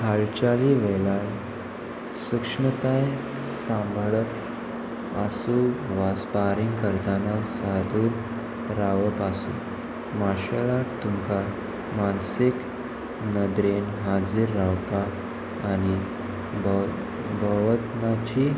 हालचाली वेल्यान सुक्ष्मताय सांबाळप आसूं वा स्पारींग करतना सादूर रावप आसूं मार्शल आर्ट तुका मानसीक नदरेन हाजीर रावपाक आनी भोव भोवतनाची